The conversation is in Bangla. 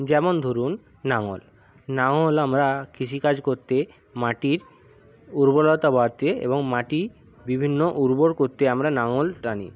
যেমন ধরুন লাঙল লাঙল আমরা কৃষিকাজ করতে মাটির উর্বরতা বাড়তে এবং মাটি বিভিন্ন উর্বর করতে আমরা লাঙল টানি